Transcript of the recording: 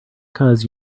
cause